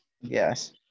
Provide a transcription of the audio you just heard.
Yes